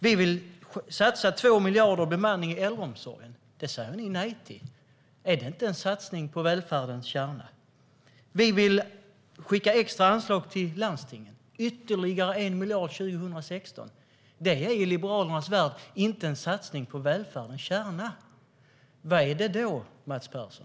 Vi vill satsa 2 miljarder på bemanning i äldreomsorgen. Det säger ni nej till. Är det inte en satsning på välfärdens kärna? Vi vill skicka extra anslag till landstingen med ytterligare 1 miljard 2016. Det är i Liberalernas värld inte en satsning på välfärdens kärna. Vad är det då, Mats Persson?